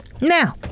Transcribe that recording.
now